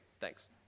Thanks